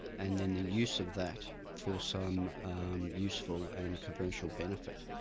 and then the use of that for some useful and conventional benefit.